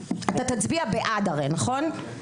אתה תצביע בעד הרי, נכון?